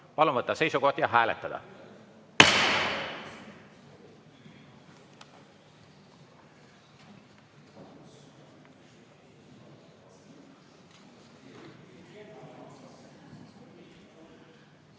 Palun võtta seisukoht ja hääletada!